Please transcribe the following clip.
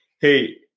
Hey